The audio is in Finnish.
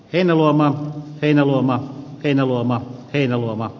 heinäluoman heinäluoma heinäluoma heinäluoma